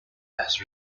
has